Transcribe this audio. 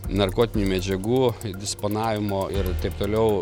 narkotinių medžiagų disponavimo ir taip toliau